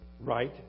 right